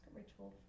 ritual